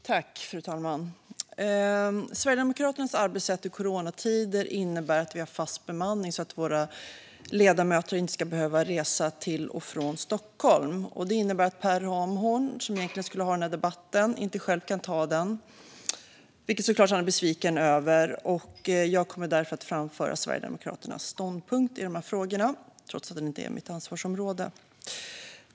Fru talman! Sverigedemokraternas arbetssätt i coronatider innebär att vi har fast bemanning så att våra ledamöter inte ska behöva resa till och från Stockholm. Det innebär att Per Ramhorn, som egentligen skulle ha deltagit i denna debatt, inte kan göra det - vilket han såklart är besviken över - och att jag kommer att framföra Sverigedemokraternas ståndpunkt i dessa frågor trots att det inte är mitt ansvarsområde.